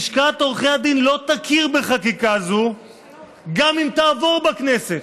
לשכת עורכי הדין לא תכיר בחקיקה זו גם אם תעבור בכנסת,